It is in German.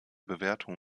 bewertung